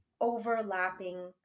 overlapping